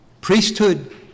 Priesthood